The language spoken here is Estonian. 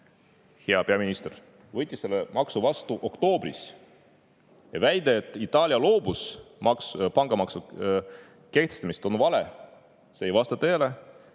Hea peaminister, Itaalia võttis selle maksu vastu oktoobris. Väide, et Itaalia loobus pangamaksu kehtestamisest, on vale. See ei vasta tõele.